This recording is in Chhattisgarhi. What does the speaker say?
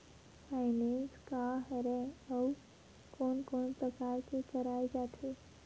फाइनेंस का हरय आऊ कोन कोन प्रकार ले कराये जाथे?